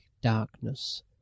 darkness